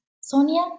Sonia